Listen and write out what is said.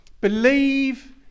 Believe